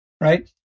right